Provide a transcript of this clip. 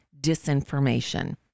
disinformation